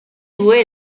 due